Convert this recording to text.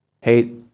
Hate